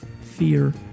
fear